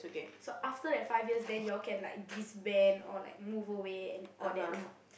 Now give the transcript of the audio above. so after that five years then you all can like disband or like move away all that lah